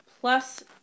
plus